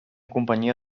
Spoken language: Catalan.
companyia